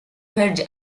hedge